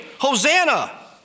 Hosanna